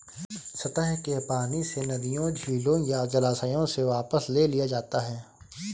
सतह के पानी से नदियों झीलों या जलाशयों से वापस ले लिया जाता है